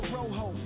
Rojo